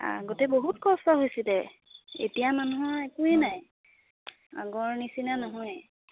আগতে বহুত কষ্ট হৈছিলে এতিয়া মানুহৰ একোৱেই নাই আগৰ নিচিনা নহয়